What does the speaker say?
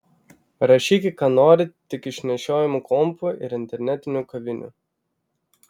rašykit ką norit tik iš nešiojamų kompų ir internetinių kavinių